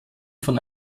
von